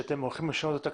שאתם הולכים לשנות את הכללים,